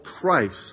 Christ